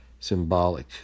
symbolic